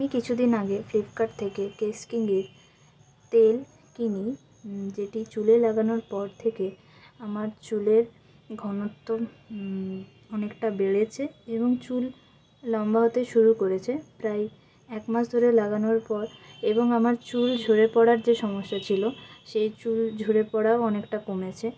এই কিছু দিন আগে ফ্লিপকার্ট থেকে কেশ কিঙ্গের তেল কিনি যেটি চুলে লাগানোর পর থেকেই আমার চুলের ঘনত্ব অনেকটা বেড়েছে এবং চুল লম্বা হতে শুরু করেছে প্রায় এক মাস ধরে লাগানোর পর এবং আমার চুল ঝড়ে পড়ার যে সমস্যা ছিলো সেই চুল ঝড়ে পড়াও অনেকটা কমেছে